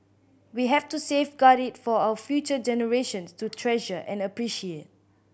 we have to safeguard it for our future generations to treasure and appreciate